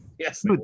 Yes